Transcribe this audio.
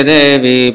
Devi